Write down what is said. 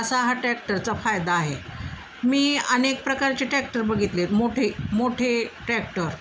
असा हा टॅक्टरचा फायदा आहे मी अनेक प्रकारचे टॅक्टर बघितलेत मोठे मोठे टॅक्टर